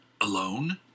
alone